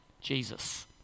Jesus